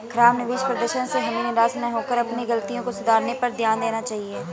खराब निवेश प्रदर्शन से हमें निराश न होकर अपनी गलतियों को सुधारने पर ध्यान देना चाहिए